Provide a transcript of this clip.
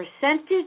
percentage